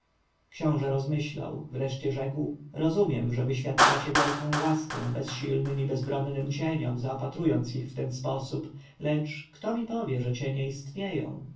rozmyślał wreszcie rzekł rozumiem że wyświadczacie wielką łaskę bezsilnym i bezbronnym cieniom zaopatrując je w ten sposób lecz kto mi powie że cienie istnieją